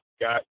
got